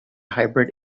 hybrid